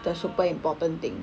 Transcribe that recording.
the super important thing